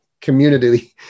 community